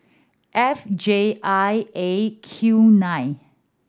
F J I A Q nine